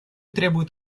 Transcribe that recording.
требуют